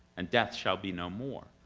and death shall be no more.